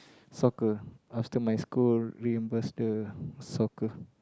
soccer after my school reimburse the soccer